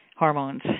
Hormones